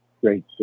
great